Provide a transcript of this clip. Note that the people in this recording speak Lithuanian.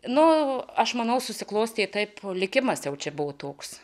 nu aš manau susiklostė taip likimas jau čia buvo toks